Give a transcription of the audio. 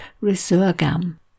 resurgam